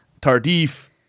Tardif